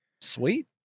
sweet